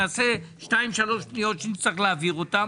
נעשה שתיים-שלוש פניות שנצטרך להעביר אותן